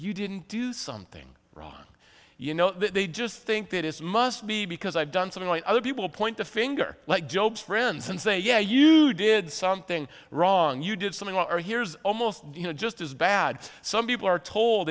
you didn't do something wrong you know they just think that it's must be because i've done something like other people point the finger like job's friends and say yeah you did something wrong you did something wrong or here's almost you know just as bad some people are told